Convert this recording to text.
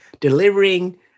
delivering